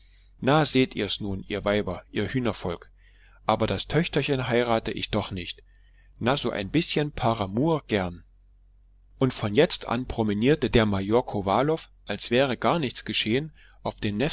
na seht ihr's nun ihr weiber ihr hühnervolk aber das töchterchen heirate ich doch nicht na so ein bißchen par amour gern und von jetzt an promenierte der major kowalow als wäre gar nichts geschehen auf dem